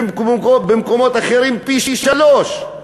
ובמקומות אחרים פי-שלושה,